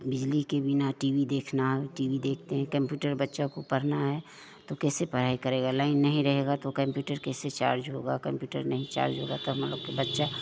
बिजली के बिना टी वी देखना टी वी देखते हैं केंपयुटर बच्चा को पढ़ना है तो कैसे पढ़ाई करेगा लाइन नहीं रहेगा तो केंपयुटर कैसे चार्ज होगा कंप्युटर नहीं चार्ज होगा तो हम लोग के बच्चा